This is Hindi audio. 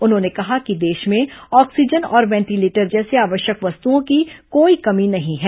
उन्होंने कहा कि देश में ऑक्सीजन और वेंटिलेटर जैसी आवश्यक वस्तुओं की कोई कमी नहीं है